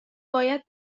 باید